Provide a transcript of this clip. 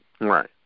Right